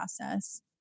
process